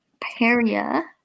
peria